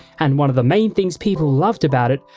and one of the main things people loved about it,